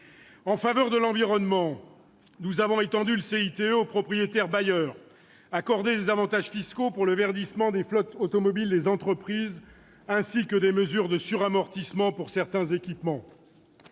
pour la transition énergétique (CITE) aux propriétaires bailleurs, accordé des avantages fiscaux pour le verdissement des flottes automobiles des entreprises et prévu des mesures de suramortissement pour certains équipements.